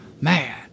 man